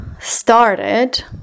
started